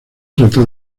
trata